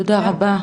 תודה רבה.